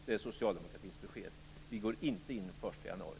Det är socialdemokratins besked. Vi går inte in i